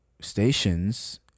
stations